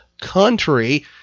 country